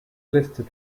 listed